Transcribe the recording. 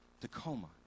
Tacoma